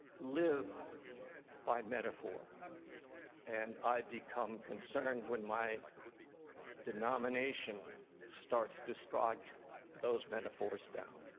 live by metaphor and i become concerned when my denomination starts to strike those metaphors down.